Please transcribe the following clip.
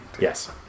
Yes